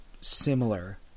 similar